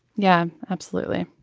yeah absolutely.